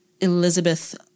Elizabeth